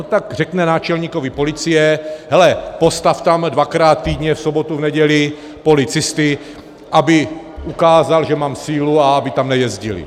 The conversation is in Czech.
Tak řekne náčelníkovi policie: hele, postav tam dvakrát týdně, v sobotu, v neděli, policisty, aby ukázali, že mám sílu, a aby tam nejezdili.